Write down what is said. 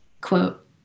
quote